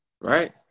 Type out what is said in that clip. Right